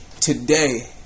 today